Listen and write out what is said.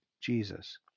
Jesus